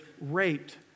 raped